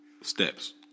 steps